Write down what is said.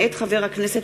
מאת חבר הכנסת